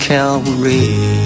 Calvary